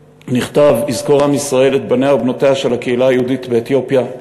נכתב: "יזכור עם ישראל את בניה ובנותיה של הקהילה היהודית באתיופיה,